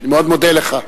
אני מאוד מודה לך.